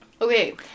Okay